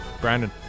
Brandon